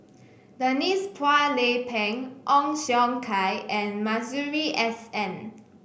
Denise Phua Lay Peng Ong Siong Kai and Masuri S N